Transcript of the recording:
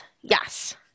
Yes